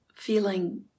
feeling